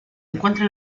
encuentra